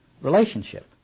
relationship